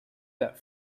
that